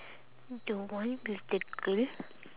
the one with the girl